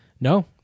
no